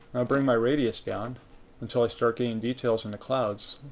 i'll bring my radius down until i start getting details in the clouds.